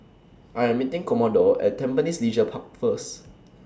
I Am meeting Commodore At Tampines Leisure Park First